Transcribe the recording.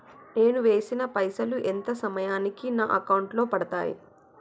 నేను వేసిన పైసలు ఎంత సమయానికి నా అకౌంట్ లో పడతాయి?